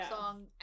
song